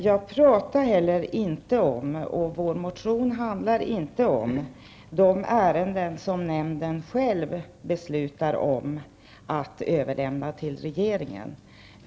Vår motion handlar inte om, och jag har inte heller talat om, de ärenden som nämnden själv skall besluta om att överlämna till regeringen.